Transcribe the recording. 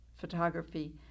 photography